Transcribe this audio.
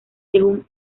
según